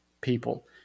people